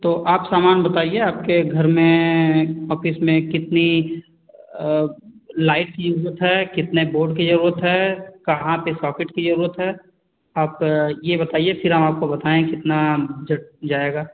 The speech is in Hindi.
तो आप सामान बताइए आपके घर में ऑफ़िस में कितनी लाइट की जरूरत है कितने बोर्ड की जरूरत है कहाँ पर सॉकेट की जरूरत है आप ये बताइए फिर हम आपको बताएँ कितना बजट जाएगा